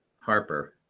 Harper